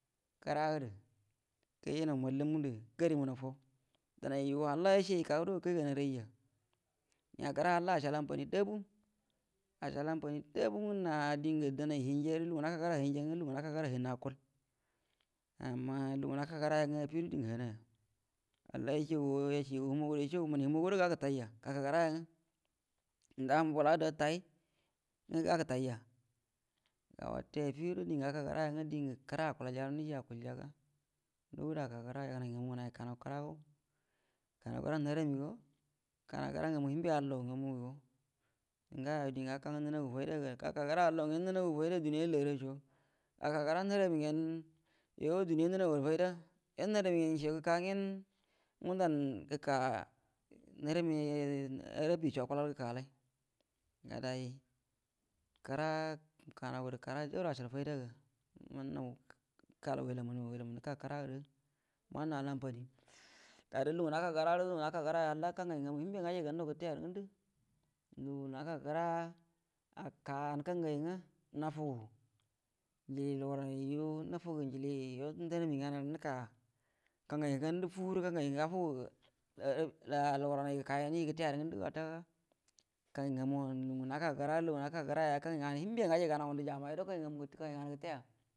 Kira gədə gəjinaw mallum gədə gari munaw faw, donay hall yace yəka guəro akay gunarayya ngaə kəra hall acəal anfani dabu, ancəl anfani dabu ngə, na dənay hienja, ngwə lugun gə naka kura hienga ngərə lugun naka kəra hien akual lugun naka kəraya diengə hiennaya, yacie humu agu gəro yacie gəga gətayya, nda humu bəla ada tal ngwə gəga gətayya, ga afigu ero diengə gaka kira yangə, dien kira akualja guəro nieji ya akual jaga, nduguro aka kire yagənay ngamu ngənay kanaw kira go, kanau kira nahara mi go ka naw kira ngamu hiemb allo ngamu gaka kəra alləgyen nənaga fayda duniya rə layraco gaka kira nahara mi gyen yuo duniya nəna gual fayda, yuo naharami gyen gəka gwə gundau arabi gyen gə ka alay ga day kira kana wgərə kira jaura acəal fayda ga mannaw məkalaw wela muna gərə, wedemu ye ka kire gədə mannawal anfani ga dan lugungə naka kəry yu lugu naka kəra kongai gajay ga guəro gəte ya rə ngəndu, lugu ngə nuka kəra an kangai ngwə nafugu luguran yu na fugu naharami nganay, kangai ngwə ganda fure kangai ngəwə gafugu luguran gəteya gul lugun nakay kəra yu lugungə nama kərayu kayai ngamu ngə gan’a ngudu jama’a yu guro gəteya.